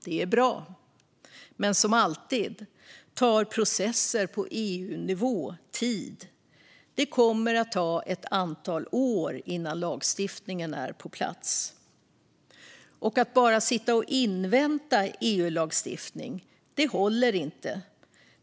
Det är bra, men som alltid tar processer på EU-nivå tid. Det kommer att ta ett antal år innan lagstiftningen är på plats. Att bara sitta och invänta EU-lagstiftning håller inte.